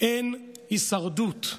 אין הישרדות.